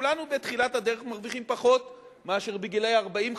כולנו בתחילת הדרך מרוויחים פחות מאשר בגיל 40,